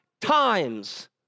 times